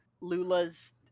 Lula's